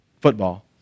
football